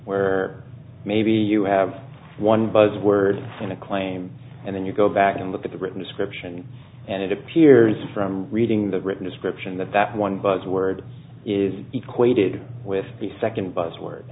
where maybe you have one buzz word in a claim and then you go back and look at the written description and it appears from reading the written description that that one buzzword is equated with the second buzzword